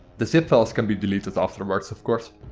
the zip files can be deleted afterwards of course.